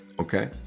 Okay